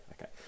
okay